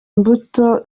imbuto